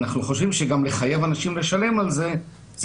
אנחנו חושבים שגם לחייב אנשים לשלם על זה זה